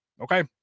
okay